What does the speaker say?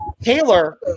taylor